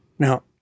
Now